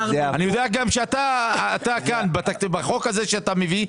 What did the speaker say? אני יודע שגם אתה בחוק הזה שאתה מביא,